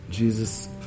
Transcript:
Jesus